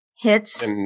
Hits